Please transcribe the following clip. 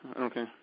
Okay